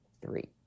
three